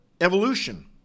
evolution